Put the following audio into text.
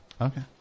Okay